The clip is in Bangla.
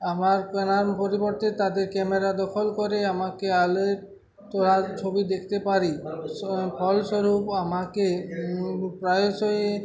আমার কেনার পরিবর্তে তাদের ক্যামেরা দখল করে আমাকে আলোর তোলার ছবি দেখতে পারি ফলস্বরূপ আমাকে প্রায়শই